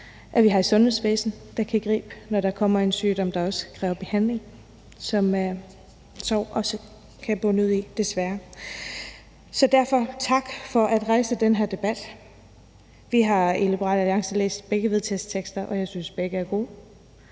at vi har et sundhedsvæsen, der kan gribe en, når der kommer sygdom, der kræver behandling, som sorg også kan munde ud i, desværre. Derfor vil jeg sige tak for at rejse den her debat. Vi har i Liberal Alliance læst begge vedtagelsestekster, og jeg synes, begge er gode.